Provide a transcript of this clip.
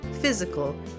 physical